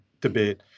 debate